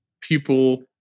people